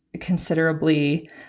considerably